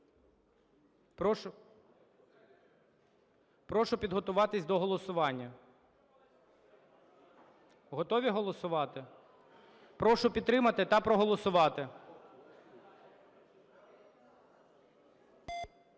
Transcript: Прошу підготуватись до голосування. Готові голосувати? Прошу підтримати та проголосувати.